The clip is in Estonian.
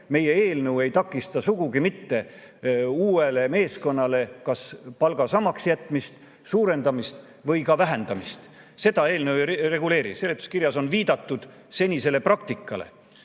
Meie eelnõu ei takista sugugi uue meeskonna puhul palga samaks jätmist, suurendamist ega ka vähendamist. Seda see eelnõu ei reguleeri. Seletuskirjas on viidatud senisele praktikale,